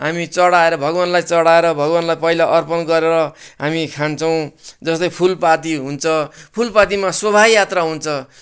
हामी चढाएर भगवानलाई चढाएर भगवानलाई पहिला अर्पण गरेर हामी खान्छौँ जस्तै फुलपाती हुन्छ फुलपातीमा शोभायात्रा हुन्छ